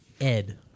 Ed